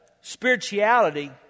spirituality